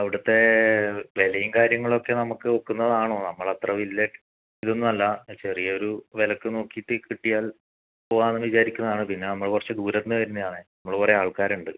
അവിടുത്തെ വിലയും കാര്യങ്ങളൊക്കെ നമുക്ക് ഒക്കുന്നതാണോ നമ്മളത്ര വലിയ ഇതൊന്നുമല്ല ചെറിയൊരു വിലയ്ക്ക് നോക്കിയിട്ട് കിട്ടിയാൽ പോകാമെന്ന് വിചാരിക്കണതാണ് പിന്നെ നമ്മൾ കുറച്ച് ദൂരത്തുനിന്ന് വരുന്നതാണ് നമ്മൾ കുറേ ആൾക്കാരുണ്ട്